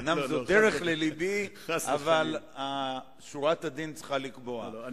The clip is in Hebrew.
אומנם זאת דרך ללבי, אבל שורת הדין צריכה לקבוע.